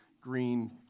green